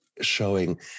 showing